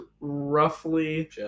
roughly